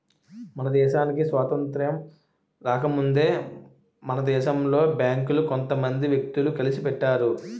మన దేశానికి స్వాతంత్రం రాకముందే మన దేశంలో బేంకులు కొంత మంది వ్యక్తులు కలిసి పెట్టారు